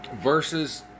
versus